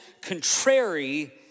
contrary